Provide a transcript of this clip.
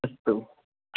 अस्तु